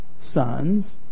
sons